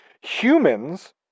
Humans